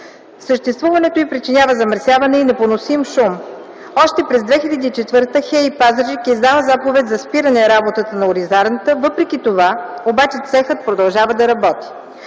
Съществуването й причинява замърсяване и непоносим шум. Още през 2004 г. ХЕИ – Пазарджик, издава заповед за спиране на работата на оризарната. Въпреки това обаче цехът продължава да работи.